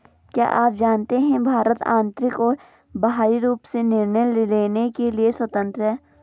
क्या आप जानते है भारत आन्तरिक और बाहरी रूप से निर्णय लेने के लिए स्वतन्त्र है?